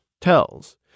tells